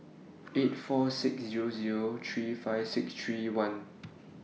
eight four six Zero Zero three five six three one